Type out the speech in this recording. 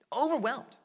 overwhelmed